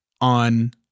on